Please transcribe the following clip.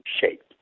shape